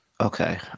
okay